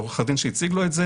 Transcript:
לעורך הדין שהציג לו את זה